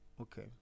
okay